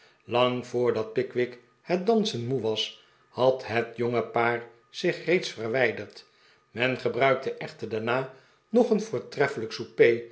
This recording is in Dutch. lang voordat pickwick het dansen moe was had het jonge paar zich reeds verwijderd men gebruikte echter daarna nog een voortreffelijk souper